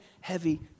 heavy